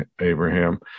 Abraham